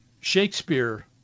Shakespeare